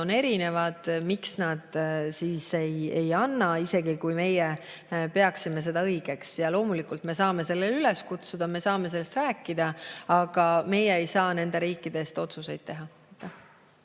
on erinevad, miks nad ei anna, isegi kui meie peaksime seda õigeks. Loomulikult me saame sellele üles kutsuda, me saame sellest rääkida, aga meie ei saa nende riikide eest otsuseid teha.